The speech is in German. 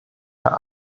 herr